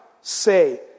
say